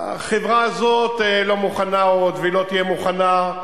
החברה הזאת לא מוכנה עוד, והיא לא תהיה מוכנה.